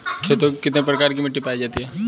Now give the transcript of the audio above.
खेतों में कितने प्रकार की मिटी पायी जाती हैं?